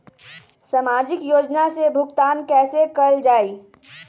सामाजिक योजना से भुगतान कैसे कयल जाई?